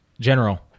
General